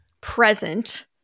present